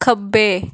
खब्बे